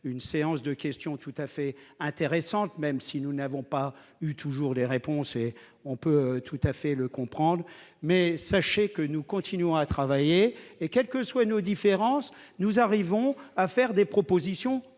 d'une séance de questions tout à fait intéressante, même si nous n'avons pas toujours obtenu de réponses, ce que nous pouvons tout à fait comprendre. Sachez que nous continuons à travailler et que, quelles que soient nos différences, nous arrivons à faire des propositions